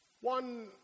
One